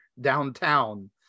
downtown